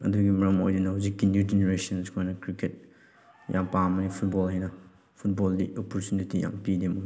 ꯑꯗꯨꯒꯤ ꯃꯔꯝ ꯑꯣꯏꯗꯨꯅ ꯍꯧꯖꯤꯛꯀꯤ ꯅ꯭ꯌꯨ ꯖꯦꯅꯔꯦꯁꯟꯁ ꯈꯣꯏꯅ ꯀ꯭ꯔꯤꯀꯦꯠ ꯌꯥꯝ ꯄꯥꯝꯕꯅꯤ ꯐꯨꯠꯕꯣꯜ ꯍꯦꯟꯅ ꯐꯨꯠꯕꯣꯜꯗꯤ ꯑꯣꯄꯣꯔꯆꯨꯅꯤꯇꯤ ꯌꯥꯝ ꯄꯤꯗꯦ